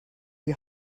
die